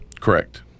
Correct